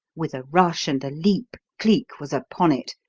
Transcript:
with a rush and a leap cleek was upon it,